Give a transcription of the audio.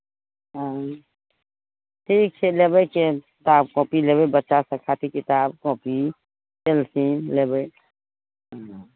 हँ ठीक छै लेबै टेम किताब कॉपी लेबै बच्चाके खातिर किताब कॉपी पेलसिन लेबै हँ